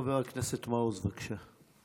חבר הכנסת מעוז, בבקשה.